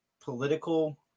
political